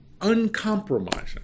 uncompromising